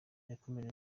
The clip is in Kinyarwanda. yakomeje